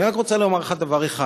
אני רק רוצה לומר לך דבר אחד: